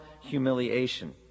humiliation